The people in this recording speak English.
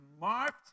marked